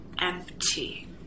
empty